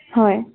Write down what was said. হয়